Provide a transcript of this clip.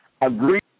agreed